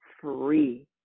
free